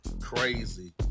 Crazy